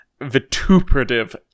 vituperative